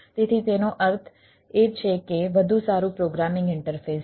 તેથી તેનો અર્થ એ છે કે વધુ સારું પ્રોગ્રામિંગ ઇન્ટરફેસ છે